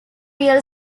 real